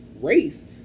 race